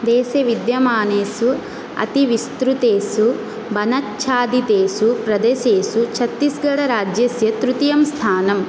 देशे विद्यमानेषु अतिविस्तृतेषु वनाच्छादितेषु प्रदेशेषु छत्तीसगढराज्यस्य तृतीयं स्थानम्